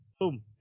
boom